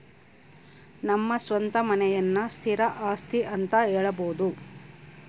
ನಮ್ಮ ಸ್ವಂತ ಮನೆಯನ್ನ ಸ್ಥಿರ ಆಸ್ತಿ ಅಂತ ಹೇಳಬೋದು